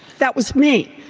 that was me.